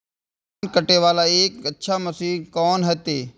धान कटे वाला एक अच्छा मशीन कोन है ते?